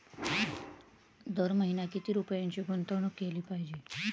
दर महिना किती रुपयांची गुंतवणूक केली पाहिजे?